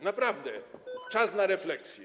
Naprawdę, czas na refleksję.